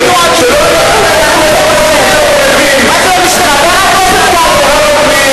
הרי אתה היית פותח את הפה שלך הרבה יותר ממה שאני אמרתי.